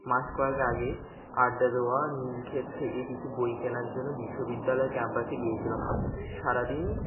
মাস কয়েক আগে আড্ডা দওয়া নীলক্ষেত থেকে কিছু বই কেনার জন্য বিশ্ববিদ্যালয় ক্যাম্পাসে গিয়েছিলাম সারাদিন